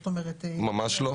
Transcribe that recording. ממש לא.